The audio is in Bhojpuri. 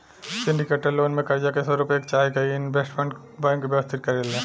सिंडीकेटेड लोन में कर्जा के स्वरूप एक चाहे कई इन्वेस्टमेंट बैंक व्यवस्थित करेले